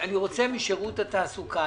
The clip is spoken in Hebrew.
אני רוצה משירות התעסוקה.